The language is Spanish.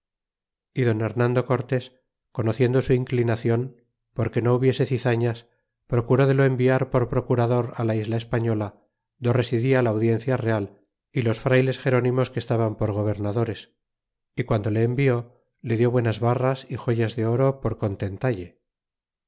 y don hernando cortés conociendo su inclinarlo porque no hubiese cizañas procuró de lo enviar por procurador á la isla española do residia la audiencia real y los frayles gerónimos que estaban por gobernadores y guando le envió le dió buenas barras y joyas de oro por contentaile